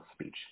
speech